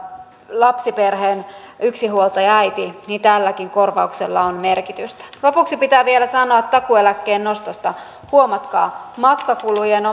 lapsiperheen yksinhuoltajaäiti tälläkin korvauksella on merkitystä lopuksi pitää vielä sanoa takuueläkkeen nostosta huomatkaa matkakulujen